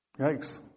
Yikes